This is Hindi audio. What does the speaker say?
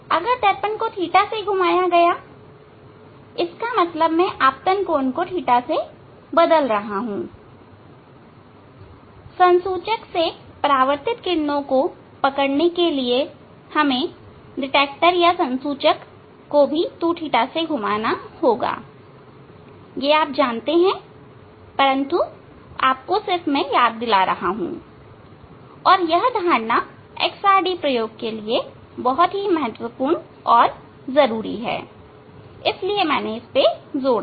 अगर दर्पण को ɵ से घुमाया गया इसका मतलब मैं आपतन कोण को ɵ से बदल रहा हूं संसूचक से परावर्तित किरणों को पकड़ने के लिए हमें संसूचक को भी 2ɵ से घुमाना होगा यह आप जानते हैं परंतु मैं आपको सिर्फ याद दिला रहा हूं और यह धारणा एक्स आर डी प्रयोग के लिए बहुत ही महत्वपूर्ण और जरूरी है इसलिए मैंने जोर दिया